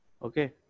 Okay